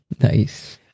Nice